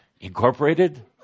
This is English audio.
incorporated